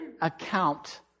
account